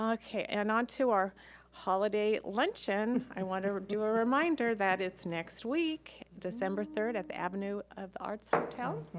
um okay, and on to our holiday luncheon. i wanna do a reminder that it's next week, december third at the avenue of the arts hotel,